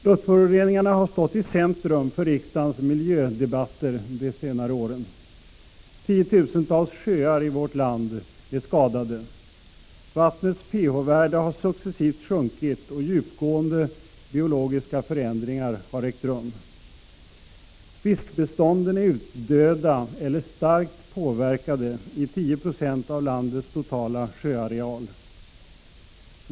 Luftföroreningarna har stått i centrum för riksdagens miljödebatter på senare år. Tiotusentals sjöar i vårt land är skadade. Vattnets pH-värde har successivt sjunkit, och djupgående biologiska förändringar har ägt rum. Fiskbestånden är utdöda eller starkt påverkade i 10 96 av landets totala sjöareal.